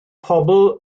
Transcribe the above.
pobl